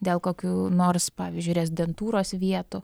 dėl kokių nors pavyzdžiui rezidentūros vietų